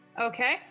Okay